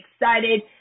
excited